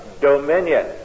dominion